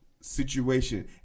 situation